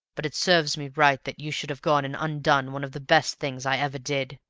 but it serves me right that you should have gone and undone one of the best things i ever did.